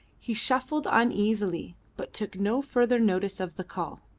he shuffled uneasily, but took no further notice of the call.